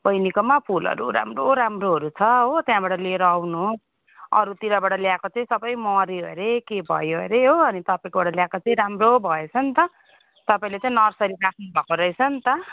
बैनीकोमा फुलहरू राम्रो राम्रोहरू छ हो त्यहाँबाट लिएर आउनु अरूतिरबाट ल्याएको चाहिँ सबै मर्यो अरे के भयो अरे हो अनि तपाईँको बाट चाहिँ ल्याएको राम्रो भएछ नि त तपाईँले चाहिँ नर्सरी राख्नुभएको रहेछ नि त